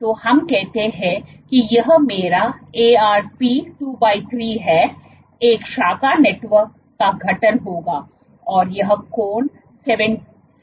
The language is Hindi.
तो हम कहते हैं कि यह मेरा Arp 23 है एक शाखा नेटवर्क का गठन होगा और यह कोण 70 डिग्री है